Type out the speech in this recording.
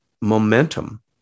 momentum